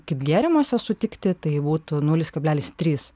kaip gėrimuose sutikti tai būtų nulis kablelis trys